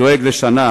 הדואג לשנה,